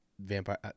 vampire